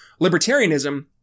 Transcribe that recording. libertarianism